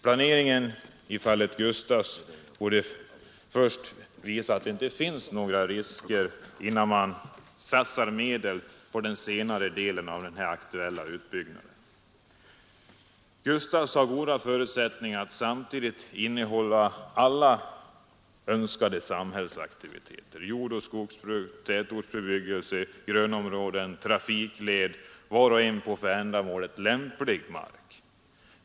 Planeringen i fallet Gustafs borde först visa att inga risker finns, innan man satsar medel till den senare delen av den aktuella utbyggnaden. Gustafs har goda förutsättningar att samtidigt innehålla alla önskade samhällsaktiviteter: jordoch skogsbruk, tätortsbebyggelse, grönområden, trafikled, var och en på för ändamålet lämplig mark.